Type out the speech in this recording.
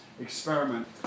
experiment